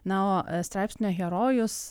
na o straipsnio herojus